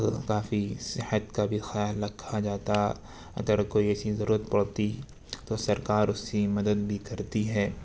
کافی صحت کا بھی خیال رکھا جاتا اگر کوئی ایسی ضرورت پڑتی تو سرکار اس کی مدد بھی کرتی ہے